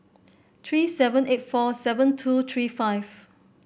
three seven eight four seven two three five